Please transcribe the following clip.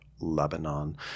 Lebanon